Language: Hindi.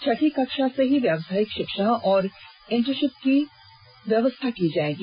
छठी कक्षा से ही व्यवसायिक शिक्षा और इंटरशिप की व्यवस्था की जाएगी